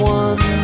one